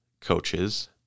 coaches